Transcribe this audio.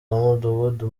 w’umudugudu